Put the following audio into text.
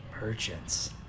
Merchants